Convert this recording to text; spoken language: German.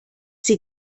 sie